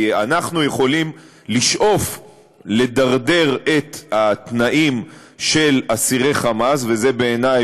כי אנחנו יכולים לשאוף לדרדר את התנאים של אסירי "חמאס" ובעיני,